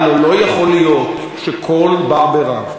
הלוא לא יכול להיות שכל בר בי רב,